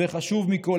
וחשוב מכול,